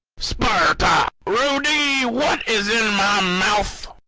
sparta. rudy, what is in my mouth?